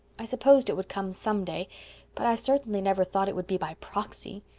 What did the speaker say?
i supposed it would come some day but i certainly never thought it would be by proxy.